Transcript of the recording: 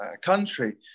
country